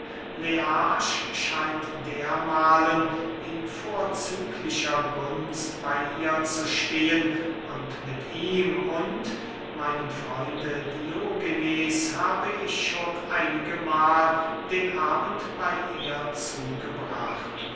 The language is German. scheint dermahlen in vorzüglicher gunst bey ihr zu stehen und mit ihm und meinem freunde diogenes habe ich schon einige mahl den abend bey ihr zugebracht